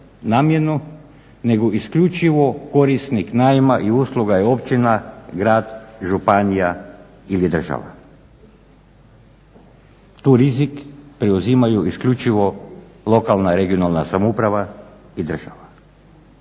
namjenu nego isključivo korisnik najma i usluga je općina, grad, županija ili država? Tu rizik preuzimaju isključivo lokalna i regionalna samouprava i država.